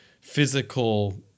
physical